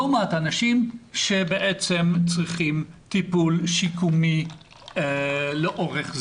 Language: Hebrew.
מעט אנשים שצריכים טיפול שיקומי לאורך זמן.